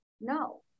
no